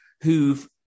who've